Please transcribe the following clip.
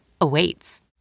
awaits